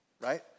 right